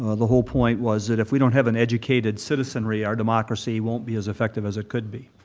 the whole point was that if we don't have an educated citizenry, our democracy won't be as effective as it could be.